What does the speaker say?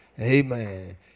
amen